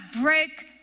break